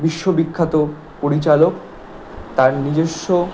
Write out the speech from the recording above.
বিশ্ববিখ্যাত পরিচালক তার নিজস্ব